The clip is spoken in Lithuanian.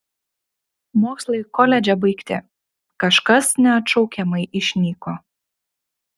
mokslai koledže baigti kažkas neatšaukiamai išnyko